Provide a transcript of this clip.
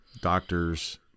doctors